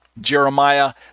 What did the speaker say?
jeremiah